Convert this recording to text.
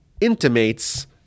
intimates